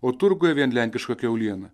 o turguje vien lenkiška kiauliena